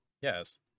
Yes